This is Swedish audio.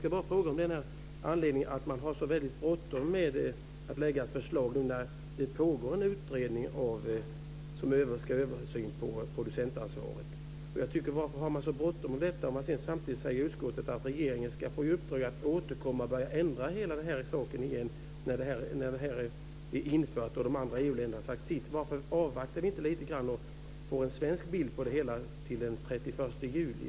Jag undrar bara över anledningen till att man har så väldigt bråttom med att lägga fram förslag när det pågår en utredning som ska se över producentansvaret. Utskottet skriver att regeringen ska få i uppdrag att återkomma och ändra dessa regler igen när förslaget är genomfört och de andra EU-länderna har sagt sitt. Varför avvaktar ni inte lite grann och får en svensk vinkling av detta till den 31 juli?